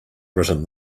written